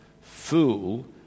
fool